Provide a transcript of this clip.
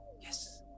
Yes